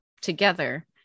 together